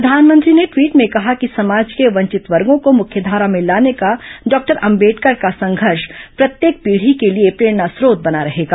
प्रधानमंत्री ने ट्वीट र्मे कहा कि समाज के वंचित वर्गों को मुख्यधारा में लाने का डॉक्टर अंबेडकर का संघर्ष प्रत्येक पीढ़ी के लिए प्रेरणा स्रोत बना रहेगा